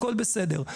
הכל בסדר.